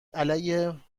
علیه